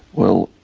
well,